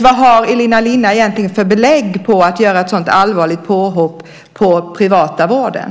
Vad har Elina Linna egentligen för belägg för att göra ett så allvarligt påhopp på den privata vården?